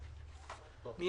אני